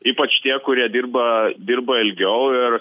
ypač tie kurie dirba dirba ilgiau ir